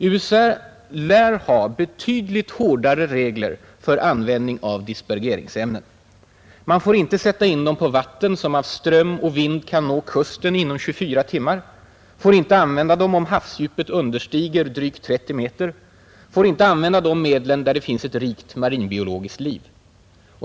USA lär ha betydligt hårdare regler för användning av dispergeringsämnen. Man får inte sätta in dem på vatten som av ström och vind kan nå kusten inom 24 timmar, får inte använda dem om havsdjupet understiger drygt 30 meter, får inte nyttja de medlen där det finns ett rikt marinbiologiskt liv.